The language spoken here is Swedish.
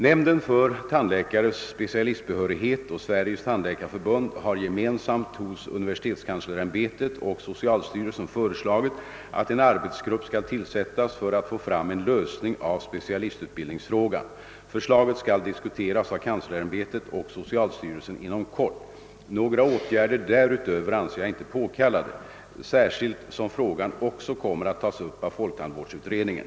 Nämnden för tandläkares specialistbehörighet och Sveriges tandläkarförbund har gemensamt hos universitetskanslersämbetet och socialstyrelsen föreslagit, att en arbetsgrupp skall tillsättas för att få fram en lösning av specialistutbildningsfrågan. «Förslaget skall diskuteras av kanslersämbetet och socialstyrelsen inom kort. Några åtgärder härutöver anser jag inte påkallade, särskilt som frågan också kommer att tas upp av folktandvårdsutredningen.